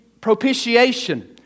Propitiation